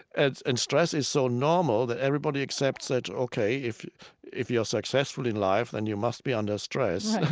and and stress is so normal that everybody accepts that, ok, if you're if you're successful in life then you must be under stress right.